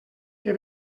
que